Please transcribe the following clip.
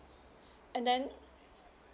and then